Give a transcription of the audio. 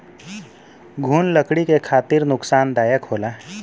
घुन लकड़ी के खातिर नुकसानदायक होला